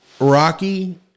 Rocky